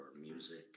music